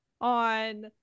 on